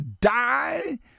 die